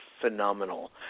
phenomenal